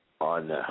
on